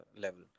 level